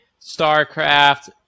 Starcraft